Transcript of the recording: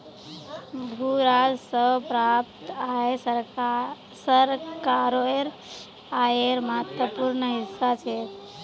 भू राजस्व स प्राप्त आय सरकारेर आयेर महत्वपूर्ण हिस्सा छेक